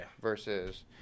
Versus